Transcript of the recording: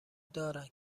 دارن